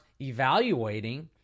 evaluating